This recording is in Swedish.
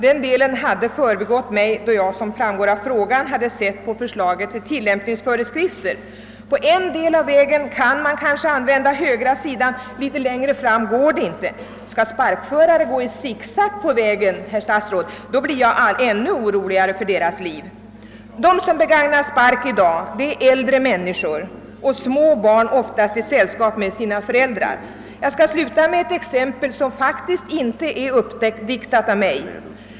Den delen hade förbigått mig då jag, som framgår av frågan, studerade förslaget till tillämpningsföreskrifter. På en bit av vägen kan man kanske använda högra sidan, men litet längre fram går inte detta. Skall sparkförare gå i sicksack på vägen, herr statsråd, så blir jag ännu oroligare för deras liv. De som begagnar sparkstötting i dag är äldre människor och små barn, ofta i sällskap med sina föräldrar. Jag skall sluta med att anföra ett exempel, som faktiskt inte är uppdiktat av mig.